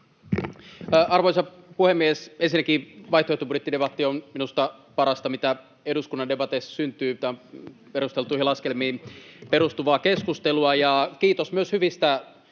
Arvoisa puhemies! Ensinnäkin vaihtoehtobudjettidebatti on minusta parasta, mitä eduskunnan debateissa syntyy. Tämä on perusteltuihin laskelmiin perustuvaa keskustelua. Ja kiitos myös hyvistä